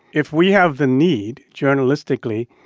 if we have the need, journalistically,